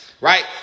right